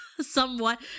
Somewhat